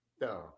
No